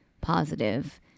Positive